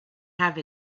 have